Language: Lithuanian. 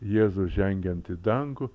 jėzų žengiant į dangų